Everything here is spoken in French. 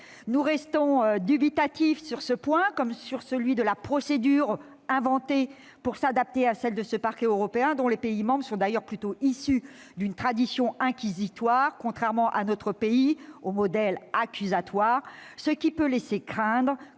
Nous restons dubitatifs sur ce point, comme sur celui de la procédure « inventée » pour s'adapter à ce Parquet européen. Les États membres sont d'ailleurs plutôt issus d'une tradition inquisitoire, contrairement à notre pays qui suit un modèle accusatoire. Cela peut laisser craindre,